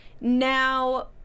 now